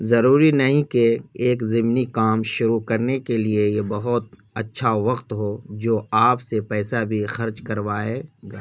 ضروری نہیں کہ ایک ضمنی کام شروع کرنے کے لیے یہ بہت اچھا وقت ہو جو آپ سے پیسہ بھی خرچ کروائے گا